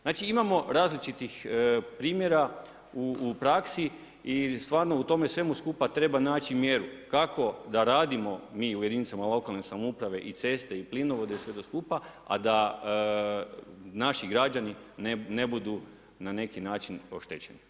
Znači imamo različitih primjera u praksi i stvarno u tome svemu skupa treba naći mjeru, kako da radimo mi u jedinicama lokalne samouprave i ceste i plinovode i sve to skupa, a da naši građani ne budu na neki način oštećeni.